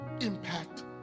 impact